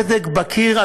סדק בקיר,